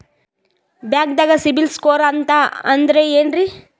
ಬ್ಯಾಂಕ್ದಾಗ CIBIL score ಅಂತ ಅಂದ್ರೆ ಏನ್ರೀ?